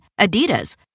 Adidas